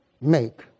make